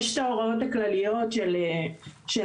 יש את ההוראות הכלליות של המדינה,